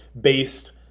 based